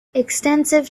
extensive